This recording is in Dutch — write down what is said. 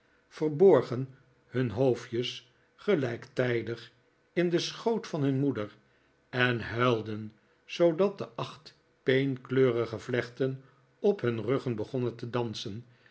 verborgen hun hoofdjes gelijktijdig in den schoot van hun moeder en huilden zoodat de acht peenkleurige vlechten op hun ruggen begonnen te dansen